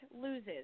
loses